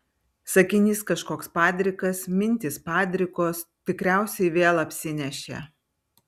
sakinys kažkoks padrikas mintys padrikos tikriausiai vėl apsinešė